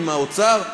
עם האוצר.